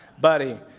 buddy